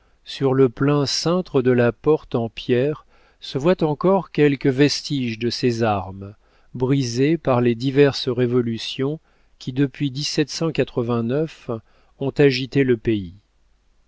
sur le plein cintre de la porte en pierre se voient encore quelques vestiges de ses armes brisées par les diverses révolutions qui depuis ont agité le pays